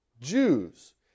Jews